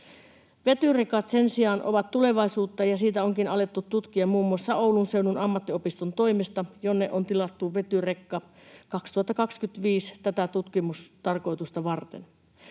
Vetyrekat sen sijaan ovat tulevaisuutta, ja niitä onkin alettu tutkimaan muun muassa Oulun seudun ammattiopiston toimesta, jonne on tilattu vetyrekka vuodelle 2025 tätä tutkimustarkoitusta varten.